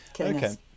Okay